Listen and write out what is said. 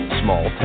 small